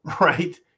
Right